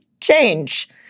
change